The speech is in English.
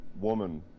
woman